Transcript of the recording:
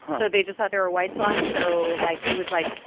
so they just thought there were white swans. so, like, it was, like,